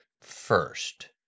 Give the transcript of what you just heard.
first